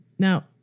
Now